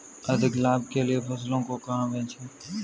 अधिक लाभ के लिए फसलों को कहाँ बेचें?